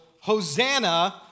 Hosanna